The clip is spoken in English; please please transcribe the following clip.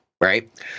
right